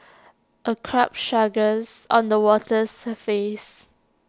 A carp struggles on the water's surface